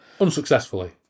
Unsuccessfully